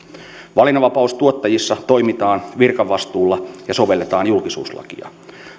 valinnanvapaustuottajissa toimitaan virkavastuulla ja sovelletaan julkisuuslakia